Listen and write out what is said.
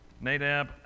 Nadab